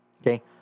Okay